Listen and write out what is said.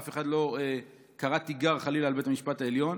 אף אחד לא קרא תיגר, חלילה, על בית המשפט העליון.